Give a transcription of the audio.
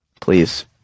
Please